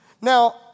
Now